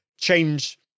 change